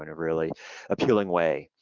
and really appealing way